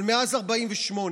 אבל מאז 48'